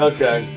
Okay